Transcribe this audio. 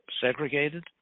segregated